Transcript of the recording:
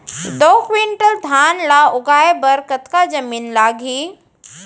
दो क्विंटल धान ला उगाए बर कतका जमीन लागही?